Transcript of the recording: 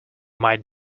might